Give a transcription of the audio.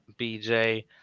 BJ